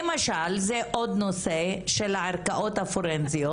למשל זה עוד נושא של הערכאות הפורנזיות